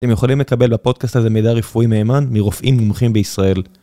אתם יכולים לקבל בפודקאסט הזה מידע רפואי מהימן, מרופאים מומחים בישראל.